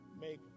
make